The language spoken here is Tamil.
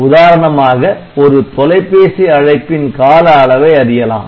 உதாரணமாக ஒரு தொலைபேசி அழைப்பின் கால அளவை அறியலாம்